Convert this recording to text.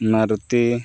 Maruti